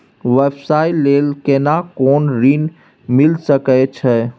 व्यवसाय ले केना कोन ऋन मिल सके छै?